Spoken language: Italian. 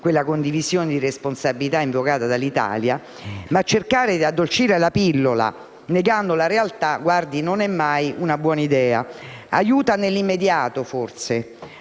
quella condivisione di responsabilità invocata dall'Italia, ma cercare di addolcire la pillola, negando la realtà, non è mai una buona idea. Ciò aiuta forse nell'immediato, a